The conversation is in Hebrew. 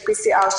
של PCR,